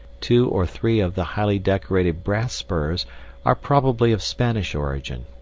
two or three of the highly decorated brass spurs are probably of spanish origin.